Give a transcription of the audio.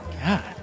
God